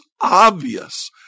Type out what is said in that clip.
obvious